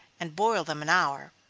and boil them an hour.